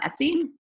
Etsy